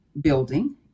building